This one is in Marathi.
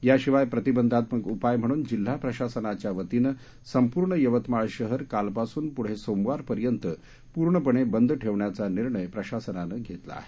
याशिवाय प्रतिबंधात्मक उपाय म्हणून जिल्हा प्रशासनाच्या वतीने संपूर्ण यवतमाळ शहर कालपासून पुढे सोमवार पर्यंत पूर्णपणे बंद ठेवण्याचा निर्णय प्रशासनाने घेतला आहे